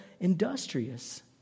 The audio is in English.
industrious